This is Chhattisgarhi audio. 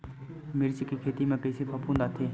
मिर्च के खेती म कइसे फफूंद आथे?